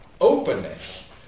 openness